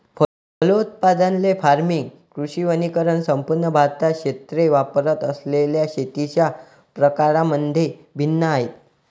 फलोत्पादन, ley farming, कृषी वनीकरण संपूर्ण भारतात क्षेत्रे वापरत असलेल्या शेतीच्या प्रकारांमध्ये भिन्न आहेत